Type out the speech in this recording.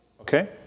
Okay